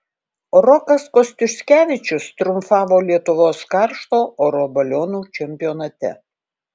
rokas kostiuškevičius triumfavo lietuvos karšto oro balionų čempionate